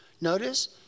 notice